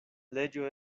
leĝo